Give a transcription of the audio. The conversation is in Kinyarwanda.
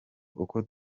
kuko